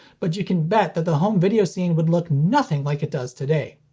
but you can bet that the home video scene would look nothing like it does today.